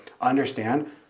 understand